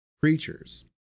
preachers